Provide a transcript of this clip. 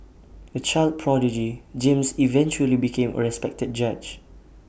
A child prodigy James eventually became A respected judge